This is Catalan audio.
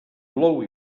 plou